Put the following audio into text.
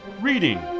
Reading